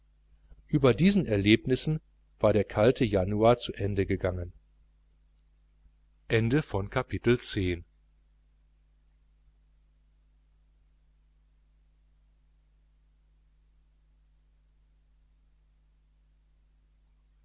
über diesen erlebnissen war der kalte januar zu ende gegangen kapitel